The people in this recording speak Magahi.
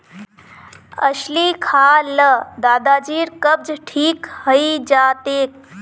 अलसी खा ल दादाजीर कब्ज ठीक हइ जा तेक